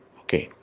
okay